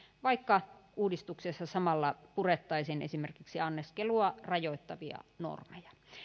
vaikka uudistuksessa samalla purettaisiin esimerkiksi anniskelua rajoittavia normeja